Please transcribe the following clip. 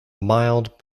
mild